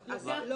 בשער.